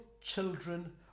children